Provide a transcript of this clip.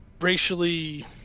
racially –